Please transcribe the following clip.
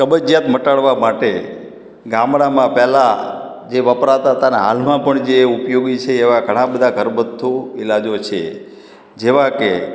કબજીયાત મટાડવાં માટે ગામડામાં પહેલા જે વપરાતા હતા અને હાલમાં પણ જે ઉપયોગી છે એવા ઘણાં બધા ઘરગથ્થુ ઇલાજો છે જેવા કે